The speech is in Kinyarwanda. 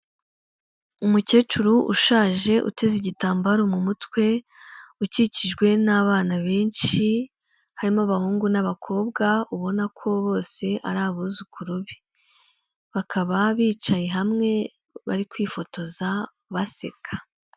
Umukecuru ushaje uteze igitambaro mu mutwe ukikijwe n'abana benshi harimo abahungu n'abakobwa ubona ko bose ari abuzukuru be bakaba bicaye hamwe bari kwifotoza baseka.